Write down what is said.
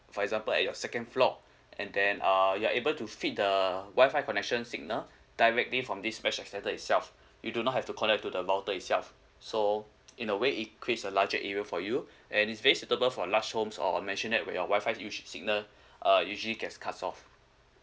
for example at your second floor and then uh you are able to feed the Wi-Fi connections signal directly from this mesh extender itself you do not have to connect to the router itself so in a way it creates a larger area for you and it's very suitable for large homes or mansionette when your Wi-Fi usage signal uh usually gets cuts off